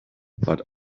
but